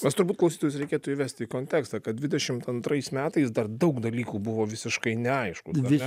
nes turbūt klausytojus reikėtų įvesti į kontekstą kad dvidešimt antrais metais dar daug dalykų buvo visiškai neaiškūs ar ne